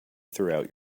throughout